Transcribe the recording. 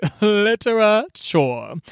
literature